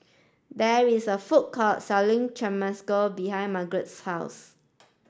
there is a food court selling Chimichanga behind Margarett's house